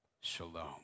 shalom